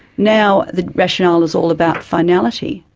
now the rationale is all about finality,